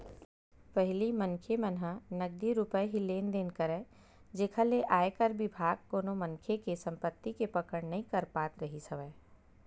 पहिली मनखे मन ह नगदी रुप ही लेन देन करय जेखर ले आयकर बिभाग कोनो मनखे के संपति के पकड़ नइ कर पात रिहिस हवय